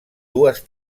dues